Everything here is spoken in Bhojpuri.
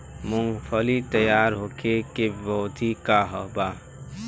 मूँगफली तैयार होखे के अवधि का वा?